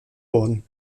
worden